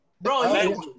Bro